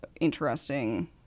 interesting